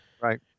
Right